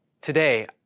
Today